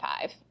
five